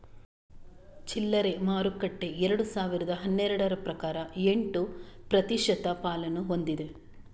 ಚಿಲ್ಲರೆ ಮಾರುಕಟ್ಟೆ ಎರಡು ಸಾವಿರದ ಹನ್ನೆರಡರ ಪ್ರಕಾರ ಎಂಟು ಪ್ರತಿಶತ ಪಾಲನ್ನು ಹೊಂದಿದೆ